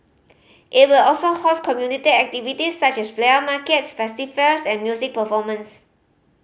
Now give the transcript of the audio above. it will also host community activities such as flea markets festive fairs and music performance